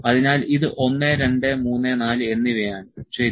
അതിനാൽ ഇത് 1 2 3 4 എന്നിവയാണ് ശരി